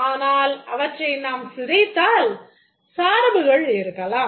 ஆனால் அவற்றை நாம் சிதைத்தால் சார்புகள் இருக்கலாம்